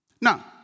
Now